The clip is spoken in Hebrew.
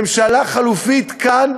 ממשלה חלופית כאן,